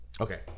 Okay